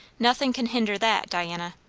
nothing can hinder that, diana.